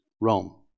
Rome